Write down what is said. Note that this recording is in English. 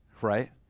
right